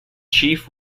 chief